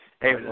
Hey